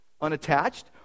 unattached